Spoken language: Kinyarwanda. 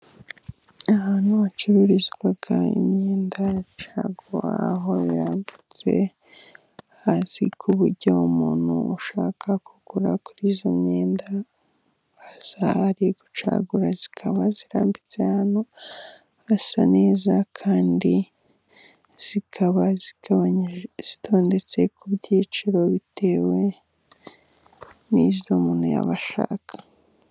Ahantu hacururizwa imyenda caguwa aho birambitse hasi ku buryo umuntu, ushaka kugura kuri izo myenda ari gucagura, zikaba zirambitse ahantu hasi n' ikindi kandi zikaba zigabanyije, zitondetse ku byiciro bitewe n' izo umuntu yaba ashaka.